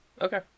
Okay